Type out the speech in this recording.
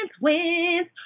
wins